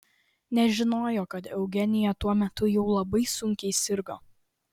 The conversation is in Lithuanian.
nežinojo kad eugenija tuo metu jau labai sunkiai sirgo